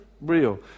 real